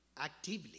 actively